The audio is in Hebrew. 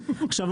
עכשיו,